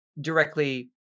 directly